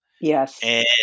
Yes